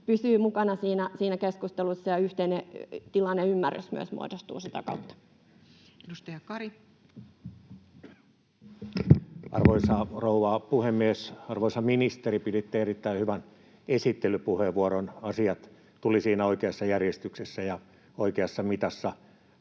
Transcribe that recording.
pysyy mukana siinä keskustelussa, ja myös yhteinen tilanneymmärrys muodostuu sitä kautta. Edustaja Kari. Arvoisa rouva puhemies! Arvoisa ministeri, piditte erittäin hyvän esittelypuheenvuoron. Asiat tulivat siinä oikeassa järjestyksessä ja oikeassa mitassa.